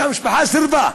המשפחה סירבה,